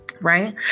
Right